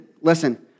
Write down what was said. Listen